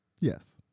Yes